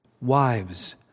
Wives